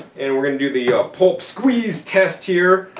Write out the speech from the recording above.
and we're gonna do the pulp squeeze test here.